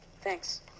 Thanks